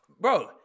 Bro